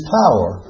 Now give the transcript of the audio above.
power